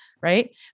right